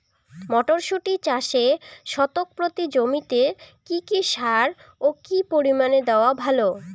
মটরশুটি চাষে শতক প্রতি জমিতে কী কী সার ও কী পরিমাণে দেওয়া ভালো?